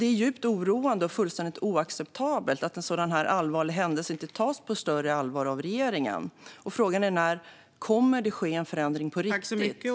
Det är djupt oroande och fullständigt oacceptabelt att en så här allvarlig händelse inte tas på större allvar av regeringen. Frågan är: När kommer det att ske en förändring på riktigt?